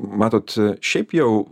matot šiaip jau